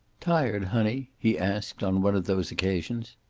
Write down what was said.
tired, honey? he asked, on one of those occasions.